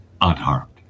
unharmed